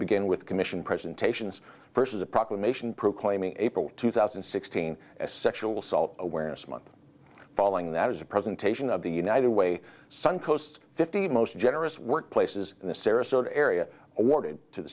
begin with commission presentations versus a proclamation proclaiming april two thousand and sixteen as sexual assault awareness month following that as a presentation of the united way suncoast fifty most generous workplaces in the sarasota area awarded to the